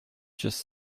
just